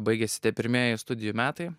baigėsi tie pirmieji studijų metai